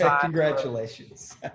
Congratulations